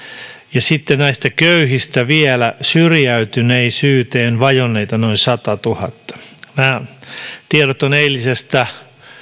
ja sitten näistä köyhistä vielä syrjäytyneisyyteen vajonneita on noin satatuhatta nämä tiedot ovat eilisestä